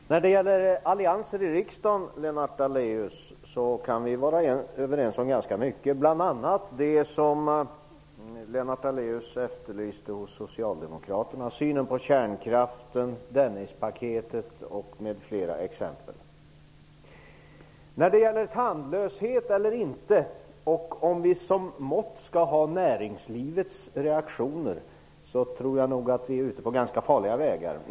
Herr talman! När det gäller allianser i riksdagen kan vi, Lennart Daléus, vara överens om ganska mycket, bl.a. det som Lennart Daléus efterlyste hos socialdemokraterna: synen på kärnkraften och Tandlöshet eller inte, men om vi som mått skall ha näringslivets reaktioner tror jag att vi är ute på ganska farliga vägar.